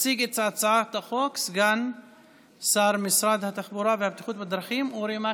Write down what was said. יציג את הצעת החוק סגן שרת התחבורה והבטיחות בדרכים אורי מקלב.